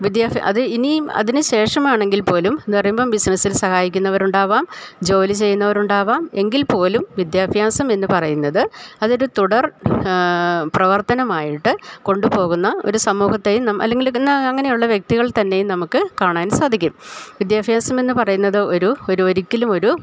വിദ്യാഭ്യാസം അത് ഇനിയും അതിന് ശേഷമാണെങ്കിൽപ്പോലും എന്ന് പറയുമ്പം ബിസിനസ്സിൽ സഹായിക്കുന്നവരുണ്ടാവാം ജോലി ചെയ്യുന്നവർ ഉണ്ടാകാം എങ്കിൽപ്പോലും വിദ്യാഭ്യാസമെന്ന് പറയുന്നത് അതൊരു തുടർ പ്രവർത്തനമായിട്ട് കൊണ്ടുപോകുന്ന ഒരു സമൂഹത്തേയും നം അല്ലെങ്കില് എന്നാ അങ്ങനെ ഉള്ള വ്യക്തികൾ തന്നെയും നമുക്ക് കാണാൻ സാധിക്കും വിദ്യാഭ്യാസമെന്ന് പറയുന്നത് ഒരു ഒരു ഒരിക്കലുമൊരു